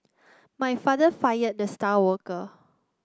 my father fired the star worker